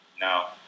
No